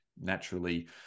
naturally